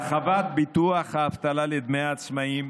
הרחבת ביטוח האבטלה לדמי העצמאים,